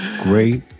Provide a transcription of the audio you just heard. Great